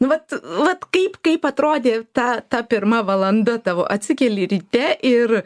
nu vat vat kaip kaip atrodė ta ta pirma valanda tavo atsikeli ryte ir